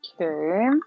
Okay